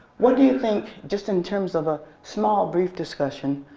what do you think, just in terms of a small brief discussion,